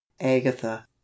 agatha